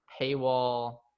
paywall